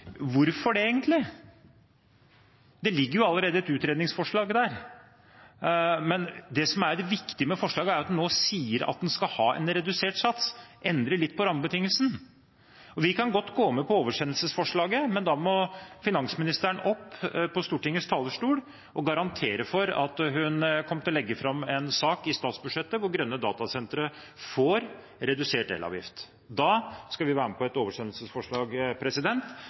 hvorfor det, egentlig? Det ligger jo allerede et utredningsforslag der. Men det viktige med forslaget er at en nå sier at en skal ha en redusert sats og endre litt på rammebetingelsen. Vi kan godt gå med på oversendelsesforslaget, men da må finansministeren opp på Stortingets talerstol og garantere for at hun kommer til å legge fram en sak i statsbudsjettet hvor grønne datasentre får redusert elavgift. Da skal vi være med på et oversendelsesforslag,